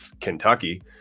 Kentucky